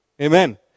Amen